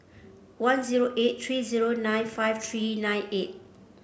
one zero eight three zero nine five three nine eight